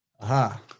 Aha